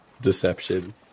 deception